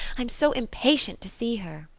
i'm so impatient to see her.